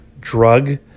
drug